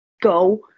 go